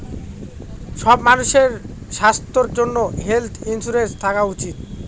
সব মানুষের স্বাস্থ্যর জন্য হেলথ ইন্সুরেন্স থাকা উচিত